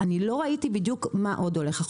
אני לא רואה מה עוד הולך להיות.